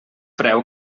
preu